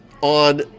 on